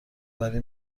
وری